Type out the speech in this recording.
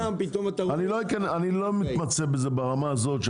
אני לא מתמצא בזה ברמה כזאת.